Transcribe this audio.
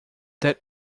that